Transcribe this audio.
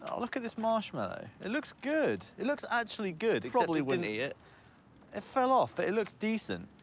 um look at this marshmallow. it looks good. it looks actually good. except it probably wouldn't eat it. it fell off, but it looks decent.